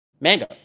Mango